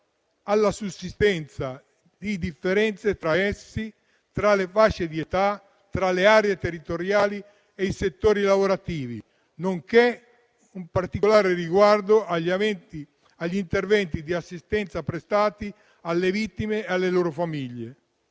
alla sussistenza di differenze tra i sessi, tra le fasce di età, tra le aree territoriali e i settori lavorativi, nonché con particolare riguardo agli interventi di assistenza prestati alle vittime e alle loro famiglie;